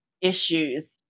issues